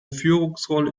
führungsrolle